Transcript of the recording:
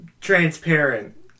transparent